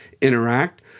interact